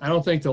i don't think the